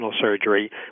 surgery